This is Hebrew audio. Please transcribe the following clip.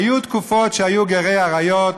היו תקופות שהיו גרי אריות,